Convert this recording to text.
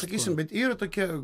sakysim bet yra tokie